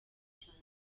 cyane